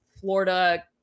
Florida